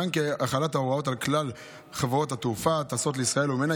יצוין כי החלת ההוראות על כלל חברות התעופה הטסות לישראל וממנה